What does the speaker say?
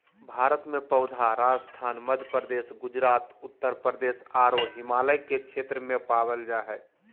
भारत में पौधा राजस्थान, मध्यप्रदेश, गुजरात, उत्तरप्रदेश आरो हिमालय के क्षेत्र में पावल जा हई